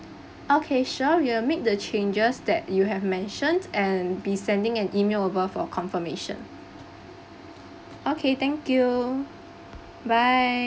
okay sure we'll make the changes that you have mentioned and be sending an email above for confirmation okay thank you bye